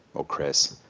or chris,